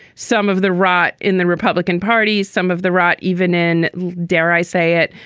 some of the rot in the republican party, some of the rot even in dare i say it,